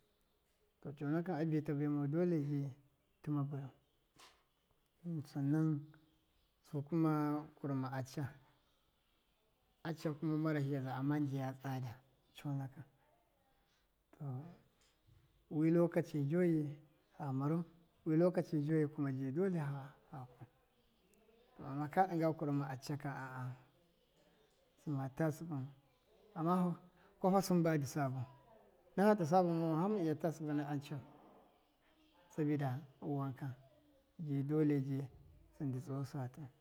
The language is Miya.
To conakɨn abi ta baimau dole ji tɨma baya, kuma san nan su kuma kurɨma acca, acca kuma marahi ya za ja tsada conakɨn to wi lokaci joji fa marau wi lokaci kuma doyi dole fa kwau, to ama ka ɗɨnga ndu kurɨma accaka, a a sɨma ta sɨptɨn ama kwafa sɨn badɨ sabau, dan fata saba mau fama iya ta sɨpɨna accau sabida wanka ji dole ji sɨn dɨ tsɨru satu.